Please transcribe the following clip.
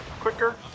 quicker